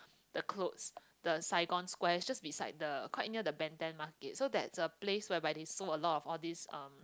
the clothes the Saigon-Square just beside the quite near the Ben-Thanh-Market so that is a place whereby they sold a lot of this um